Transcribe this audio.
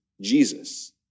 Jesus